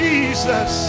Jesus